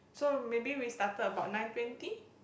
so maybe we started about nine twenty